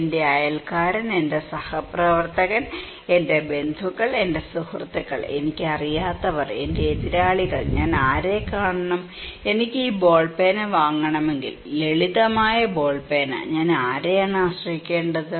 എന്റെ അയൽക്കാരൻ എന്റെ സഹപ്രവർത്തകർ എന്റെ ബന്ധുക്കൾ എന്റെ സുഹൃത്തുക്കൾ എനിക്ക് അറിയാത്തവർ എന്റെ എതിരാളികൾ ഞാൻ ആരെ കാണണം എനിക്ക് ഈ ബോൾ പേന വാങ്ങണമെങ്കിൽ ലളിതമായ ബോൾ പേന ഞാൻ ആരെയാണ് ആശ്രയിക്കേണ്ടത്